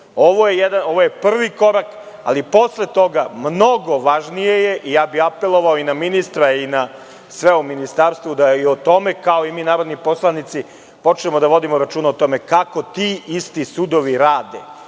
je prvi korak, ali posle toga je mnogo važnije, i apelovao bih na ministra i na sve u Ministarstvu da i o tome, kao i mi narodni poslanici, počnu da vode računa, kako ti isti sudovi rade,